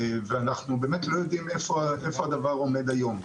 ואנחנו לא יודעים איפה הדבר עומד היום.